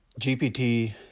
GPT